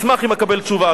אשמח אם אקבל תשובה.